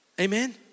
Amen